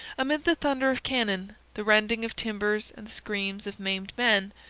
amid the thunder of cannon, the rending of timbers, and the screams of maimed men,